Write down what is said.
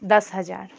दस हजार